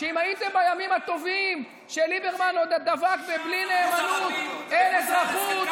שאם הייתם בימים הטובים שליברמן עוד דבק ב"בלי נאמנות אין אזרחות",